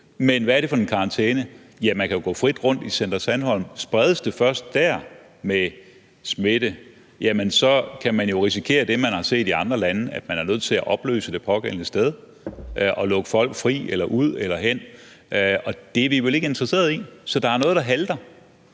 Men hvad er det for en karantæne? Ja, man kan jo gå frit rundt i Center Sandholm. Spredes smitten først der, kan man jo risikere det, man har set i andre lande: at man er nødt til at opløse det pågældende sted og lukke folk ud eller sætte folk fri, og det er vi vel ikke interesseret i? Så der er noget, der halter.